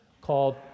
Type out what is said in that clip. called